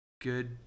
good